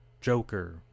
Joker